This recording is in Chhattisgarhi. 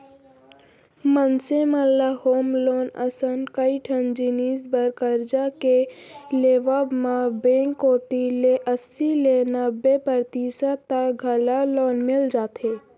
मनसे मन ल होम लोन असन कइ ठन जिनिस बर करजा के लेवब म बेंक कोती ले अस्सी ले नब्बे परतिसत तक घलौ लोन मिल जाथे